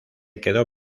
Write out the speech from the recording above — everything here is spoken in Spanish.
quedó